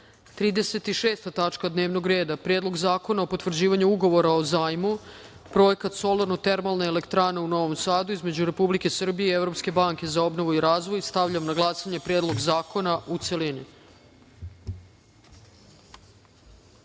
tačka dnevnog reda – Predlog zakona o potvrđivanju Ugovora o zajmu (Projekat solarno-termalne elektrane u Novom Sadu) između Republike Srbije i Evropske banke za obnovu i razvoj. Stavljam na glasanje Predlog zakona, u